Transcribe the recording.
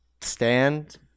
stand